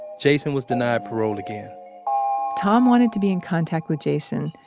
jason was denied parole again tom wanted to be in contact with jason,